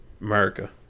America